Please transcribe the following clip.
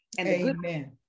Amen